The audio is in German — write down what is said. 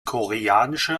koreanische